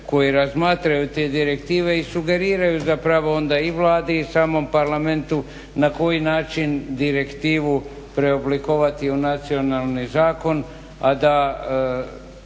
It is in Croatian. koji razmatraju te direktive i sugeriraju zapravo onda i Vladi i samom parlamentu na koji način direktivu preoblikovati u nacionalni zakon, a da